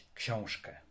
książkę